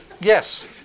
Yes